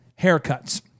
Haircuts